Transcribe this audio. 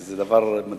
וזה דבר מדהים.